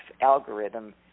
algorithm